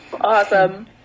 Awesome